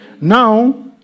Now